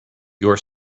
your